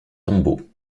tombeaux